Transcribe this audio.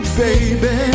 baby